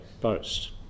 boast